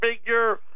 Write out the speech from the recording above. figure